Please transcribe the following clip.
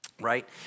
right